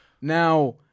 Now